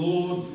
Lord